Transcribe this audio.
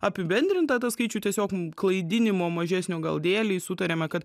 apibendrintą tą skaičių tiesiog klaidinimo mažesnio gal dėlei sutarėme kad